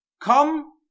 Come